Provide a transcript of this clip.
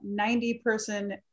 90-person